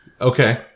Okay